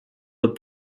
what